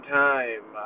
time